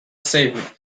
save